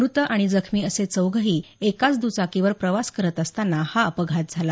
मृत आणि जखमी असे चौघंही एकाच दुचाकीवर प्रवास करत असताना हा अपघात झाला